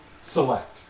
Select